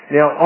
Now